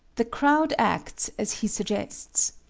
the crowd acts as he suggests.